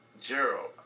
Gerald